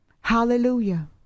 Hallelujah